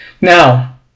Now